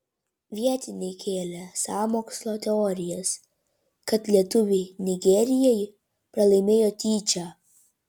vietiniai kėlė sąmokslo teorijas kad lietuviai nigerijai pralaimėjo tyčia